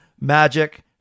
magic